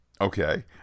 Okay